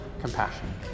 compassion